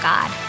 God